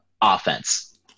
Offense